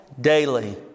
daily